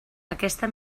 aquesta